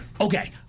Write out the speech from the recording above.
okay